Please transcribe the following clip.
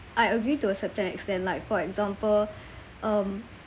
I agree to a certain extent like for example um